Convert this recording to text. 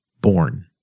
born